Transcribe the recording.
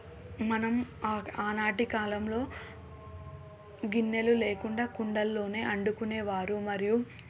మనం ఆ ఆనాటి కాలంలో గిన్నెలు లేకుండా కుండల్లోనే వండుకొనే వారు మరియు